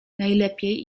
najlepiej